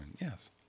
Yes